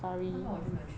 那个我就没有去过